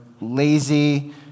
lazy